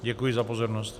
Děkuji za pozornost.